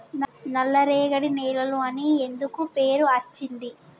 నల్లరేగడి నేలలు అని ఎందుకు పేరు అచ్చింది?